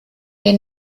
den